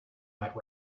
that